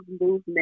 movement